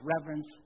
reverence